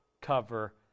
cover